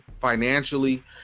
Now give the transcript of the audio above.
financially